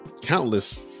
countless